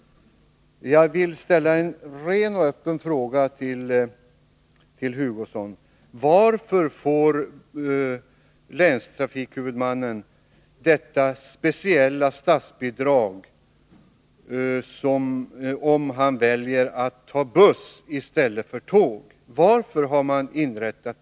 Jag vill ställa en ren och öppen fråga till Kurt Hugosson: Varför får länstrafikhuvudmannen detta speciella statsbidrag, om han väljer buss i stället för tåg?